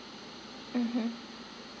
mmhmm